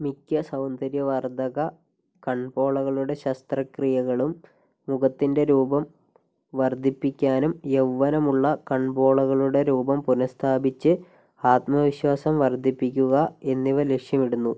മിക്ക സൗന്ദര്യവർദ്ധക കൺപോളകളുടെ ശസ്ത്രക്രിയകളും മുഖത്തിൻ്റെ രൂപം വർദ്ധിപ്പിക്കാനും യൗവനമുള്ള കൺപോളകളുടെ രൂപം പുനഃസ്ഥാപിച്ച് ആത്മവിശ്വാസം വർദ്ധിപ്പിക്കുക എന്നിവ ലക്ഷ്യമിടുന്നു